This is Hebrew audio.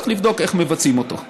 צריך לבדוק איך מבצעים אותו.